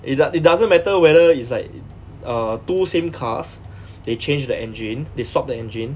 it doesn't it doesn't matter whether it's like err two same cars they change the engine they swap the engine